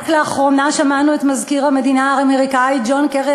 רק לאחרונה שמענו את מזכיר המדינה האמריקני ג'ון קרי,